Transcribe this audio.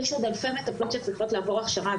יש עוד אלפי מטפלות שצריכות לעבור הכשרה,